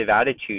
attitude